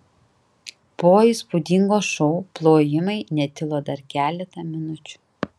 po įspūdingo šou plojimai netilo dar keletą minučių